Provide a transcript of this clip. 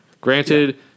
Granted